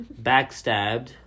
Backstabbed